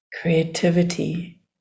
creativity